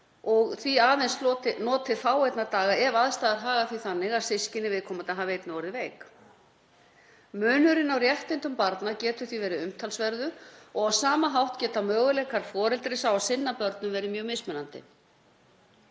og því aðeins notið fáeinna daga ef aðstæður haga því þannig að systkini viðkomandi hafi einnig orðið veik. Munurinn á réttindum barna getur því verið umtalsverður og á sama hátt geta möguleikar foreldris á að sinna börnum verið mjög mismunandi.